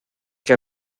que